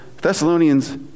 Thessalonians